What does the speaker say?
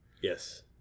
Yes